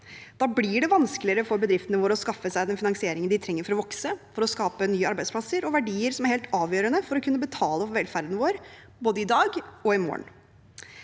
Da blir det vanskeligere for bedriftene våre å skaffe seg den finansieringen de trenger for å vokse og skape nye arbeidsplasser og verdier, som er helt avgjørende for å kunne betale for velferden vår, både i dag og i morgen.